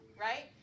right